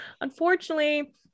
Unfortunately